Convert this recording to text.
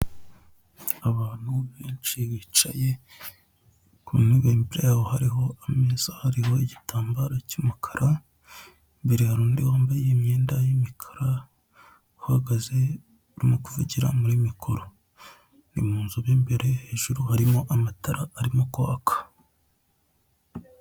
Abantu benshi bicaye ku ntebe, imbere yabo hari amezeaariho igitamnbaro cy'umukara, imbere hari undi wambaye imyenda y'umukara uhagaze urimo kuvugira muri mikoro, ni munzu mo imbere hejuru harimo amatara ari kwaka.